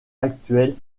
actuelle